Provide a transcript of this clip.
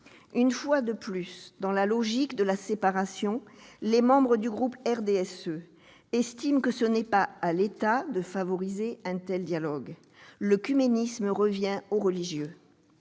Une fois de plus, dans la logique de la séparation, les membres du groupe du RDSE estiment qu'il n'appartient pas à l'État de favoriser un tel dialogue : l'oecuménisme revient au religieux.